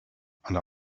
and